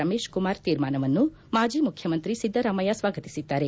ರಮೇಶ್ ಕುಮಾರ್ ತೀರ್ಮಾನವನ್ನು ಮಾಜಿ ಮುಖ್ಯಮಂತ್ರಿ ಒದ್ದರಾಮಯ್ಯ ಸ್ವಾಗತಿಸಿದ್ದಾರೆ